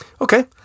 Okay